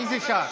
מי שר?